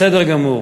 בסדר גמור.